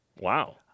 Wow